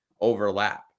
overlap